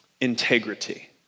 integrity